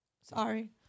Sorry